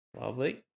Lovely